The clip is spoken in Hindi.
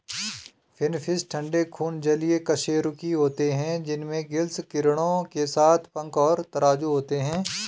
फिनफ़िश ठंडे खून जलीय कशेरुकी होते हैं जिनमें गिल्स किरणों के साथ पंख और तराजू होते हैं